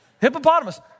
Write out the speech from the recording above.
Hippopotamus